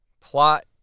plot